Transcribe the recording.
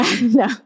No